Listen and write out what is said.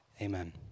Amen